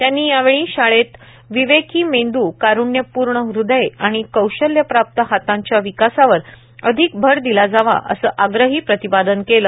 त्यांनी यावेळी शाळेत विवेकी मेंदू कारूण्यपूर्ण हृदय आणि कौशल्य प्राप्त हातांच्या विकासावर अधिक भर दिला जावा असं आग्रही प्रतिपादन केलं